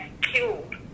killed